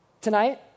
tonight